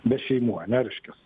be šeimųane reiškias